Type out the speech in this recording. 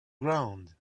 ground